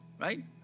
right